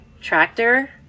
tractor